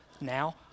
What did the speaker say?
now